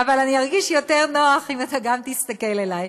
אבל אני ארגיש יותר נוח אם אתה גם תסתכל אלי.